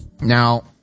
Now